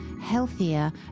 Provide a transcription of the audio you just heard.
healthier